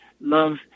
love